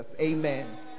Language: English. amen